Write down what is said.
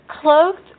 cloaked